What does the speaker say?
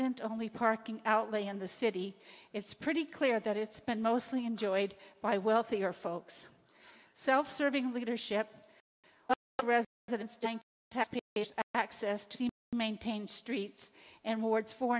resident only parking outlay in the city it's pretty clear that it's been mostly enjoyed by wealthier folks so serving leadership that instant access to maintain streets and wards four